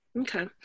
Okay